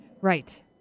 Right